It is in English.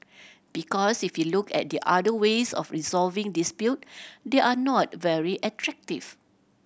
because if you look at the other ways of resolving dispute they are not very attractive